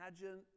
imagine